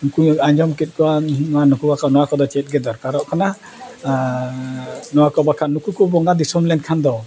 ᱱᱩᱠᱩᱧ ᱟᱸᱡᱚᱢ ᱠᱮᱫ ᱠᱚᱣᱟ ᱱᱚᱣᱟ ᱱᱩᱠᱩ ᱵᱟᱠᱚ ᱱᱚᱣᱟ ᱠᱚᱫᱚ ᱪᱮᱫ ᱜᱮ ᱫᱚᱨᱠᱟᱨᱚᱜ ᱠᱟᱱᱟ ᱟᱨ ᱱᱚᱣᱟ ᱠᱚ ᱵᱟᱠᱷᱟᱱ ᱱᱩᱠᱩ ᱠᱚ ᱵᱚᱸᱜᱟ ᱫᱤᱥᱚᱢ ᱞᱮᱱᱠᱷᱟᱱ ᱫᱚ